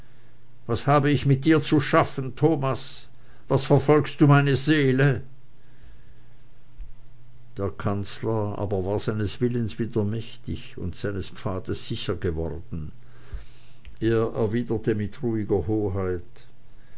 was hab ich mit dir zu schaden thomas was verfolgst du meine seele der kanzler aber war seines willens wieder mächtig und seines pfades sicher geworden er erwiderte mit ruhiger